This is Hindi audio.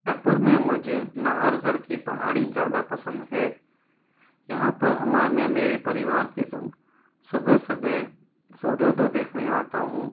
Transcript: जयपुर में मुझे नाहरगढ़ की पहाड़ी ज्यादा पसंद है यहाँ पर मैं मेरे परिवार के संग सुबह सुबह सूर्योदय होने देखने आता हूँ